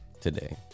today